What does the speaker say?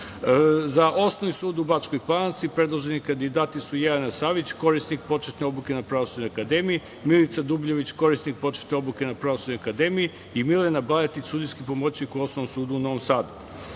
Osnovi sud u Bačkoj Palanci predloženi kandidati su: Jelena Savić, korisnik početne obuke na Pravosudnoj akademiji, Milica Dubljević, korisnik početne obuke na Pravosudnoj akademiji i Milena Baletić, sudijski pomoćnik u Osnovnom sudu u Novom Sadu.Za